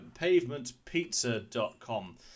pavementpizza.com